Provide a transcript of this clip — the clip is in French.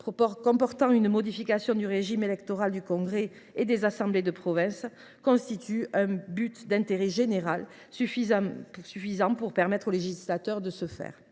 portant modification du régime électoral du congrès et des assemblées de province visait un but d’intérêt général suffisant pour permettre au législateur d’agir.